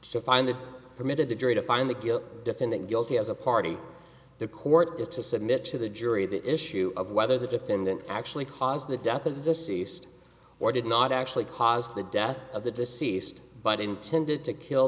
to find it permitted the jury to find the killer defendant guilty as a party the court has to submit to the jury the issue of whether the defendant actually caused the death of the deceased or did not actually cause the death of the deceased but intended to kill